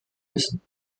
müssen